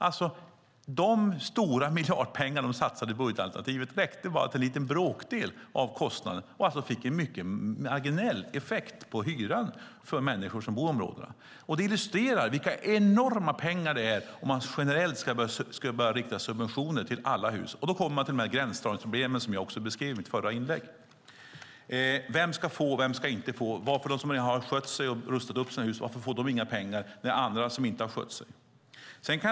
De miljarder i sitt budgetalternativ som de ville satsa skulle alltså bara räcka till en bråkdel av kostnaden och skulle få en mycket marginell effekt på hyran för människor som bor i områdena. Detta illustrerar vilka enorma pengar det är om man generellt skulle börja rikta subventioner till alla hus. Då kommer man till de gränsdragningsproblem som jag beskrev i mitt förra inlägg: Vem ska få och vem ska inte få? Varför ska de som har skött sig och rustat upp sina hus inte få några pengar när andra som inte har skött sig ska få det?